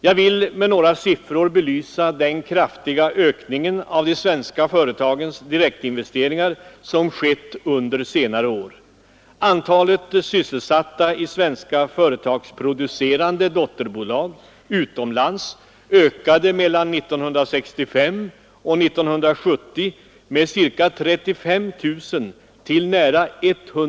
Jag vill med några siffror belysa den kraftiga ökning av de svenska företagens direktinvesteringar som skett under senare år.